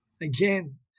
Again